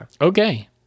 Okay